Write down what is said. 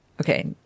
Okay